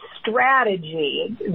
strategy